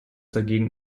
dagegen